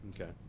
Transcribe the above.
Okay